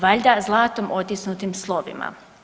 Valjda zlatom otisnutim slovima.